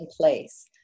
place